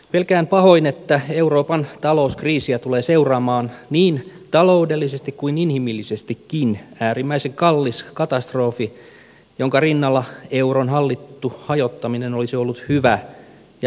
pelkään pahoin että euroopan talouskriisiä tulee seuraamaan niin taloudellisesti kuin inhimillisestikin äärimmäisen kallis katastrofi jonka rinnalla euron hallittu hajottaminen olisi ollut hyvä ja järkevä ratkaisu